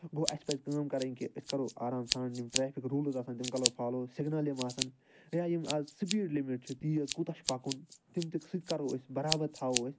گوٚو اسہِ پَزِ کٲم کرٕنۍ کہِ أسۍ کرو آرام سان یِم ٹرٛیفِک روٗلٕز آسَن کہ تِم کرو فالوٚو سِگنَل یِم آسَن یا یِم آز سٕپیٖڈ لِمِٹ چھِ تیز کوٗتاہ چھُ پَکُن تِم تہِ سُہ تہِ کرو أسۍ برابر تھاوو أسۍ